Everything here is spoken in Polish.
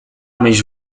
myśl